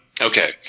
Okay